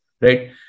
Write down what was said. right